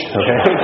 okay